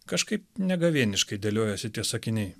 kažkaip negavėniškai dėliojasi tie sakiniai